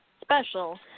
special